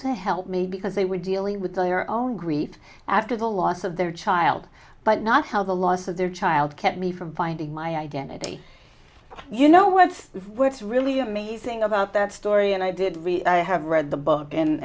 to help me because they were dealing with their own grief after the loss of their child but not how the loss of their child kept me from finding my identity you know what works really amazing about that story and i did really i have read the book